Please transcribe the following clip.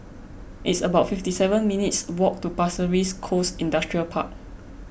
it's about fifty seven minutes' walk to Pasir Ris Coast Industrial Park